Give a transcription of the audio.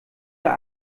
der